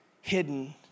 hidden